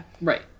Right